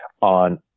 on